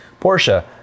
porsche